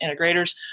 integrators